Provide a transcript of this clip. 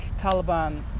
Taliban